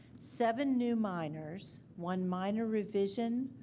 seven new minors, one minor revision,